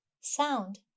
sound